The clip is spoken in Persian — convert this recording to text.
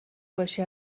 باشی